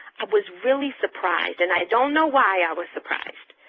was really surprised, and i don't know why i was surprised,